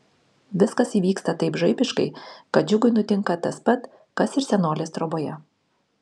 viskas įvyksta taip žaibiškai kad džiugui nutinka tas pat kas ir senolės troboje